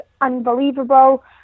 unbelievable